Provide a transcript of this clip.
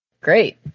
Great